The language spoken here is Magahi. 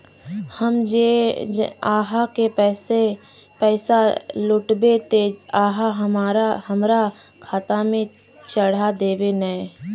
हम जे आहाँ के पैसा लौटैबे ते आहाँ हमरा खाता में चढ़ा देबे नय?